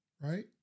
right